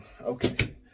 okay